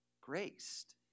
graced